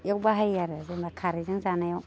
एयाव बाहायो आरो जेनेबा खारैजों जानायाव